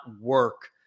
work